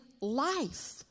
life